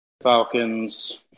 Falcons